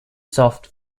soft